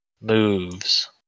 moves